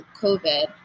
COVID